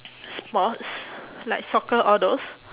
sports like soccer all those